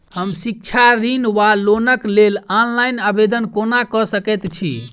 हम शिक्षा ऋण वा लोनक लेल ऑनलाइन आवेदन कोना कऽ सकैत छी?